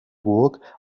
burg